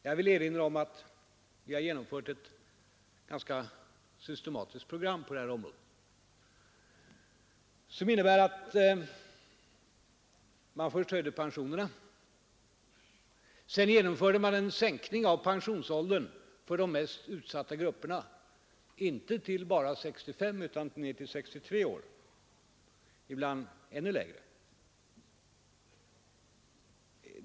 Jag vill erinra om att vi har genomfört ett ganska systematiskt program på det här området, som innebär att man först höjde pensionerna och sedan genomförde en sänkning av pensionsåldern för de mest utsatta grupperna, inte bara till 65 utan ned till 63 år — och ibland ännu lägre.